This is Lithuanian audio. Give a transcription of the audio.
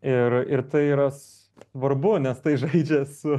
ir ir tai yra svarbu nes tai žaidžia su